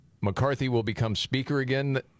McCarthy-will-become-speaker-again